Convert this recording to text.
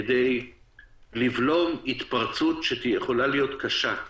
כדי לבלום התפרצות שיכולה להיות קשה,